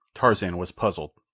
tarzan was puzzled.